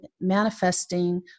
manifesting